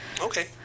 okay